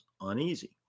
uneasy